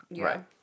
Right